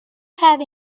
have